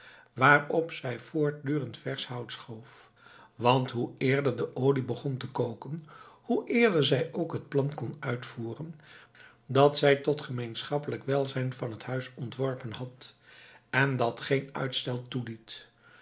waarop zij voortdurend versch hout schoof want hoe eerder de olie begon te koken hoe eerder zij ook het plan kon uitvoeren dat zij tot gemeenschappelijk welzijn van het huis ontworpen had en dat geen uitstel toeliet